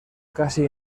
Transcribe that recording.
casi